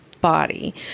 body